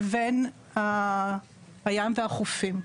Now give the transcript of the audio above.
לבין הים והחופים.